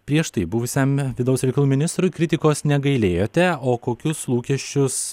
prieš tai buvusiam vidaus reikalų ministrui kritikos negailėjote o kokius lūkesčius